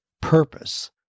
purpose